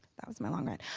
that was my long rant.